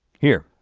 here,